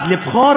אז לבחור